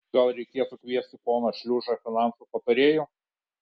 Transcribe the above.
gal reikėtų kviesti poną šliužą finansų patarėju